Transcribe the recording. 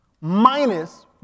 minus